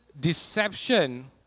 deception